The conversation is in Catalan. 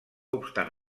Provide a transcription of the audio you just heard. obstant